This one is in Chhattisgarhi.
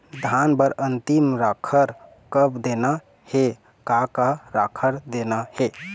धान बर अन्तिम राखर कब देना हे, का का राखर देना हे?